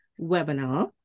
webinar